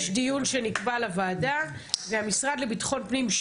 יש דיון שנקבע לוועדה והמשרד לביטחון פנים,